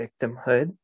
victimhood